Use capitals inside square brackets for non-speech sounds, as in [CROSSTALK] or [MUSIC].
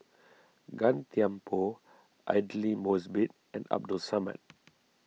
[NOISE] Gan Thiam Poh Aidli Mosbit and Abdul Samad